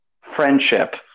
friendship